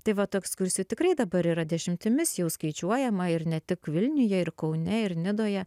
tai vat tų ekskursijų tikrai dabar yra dešimtimis jau skaičiuojama ir ne tik vilniuje ir kaune ir nidoje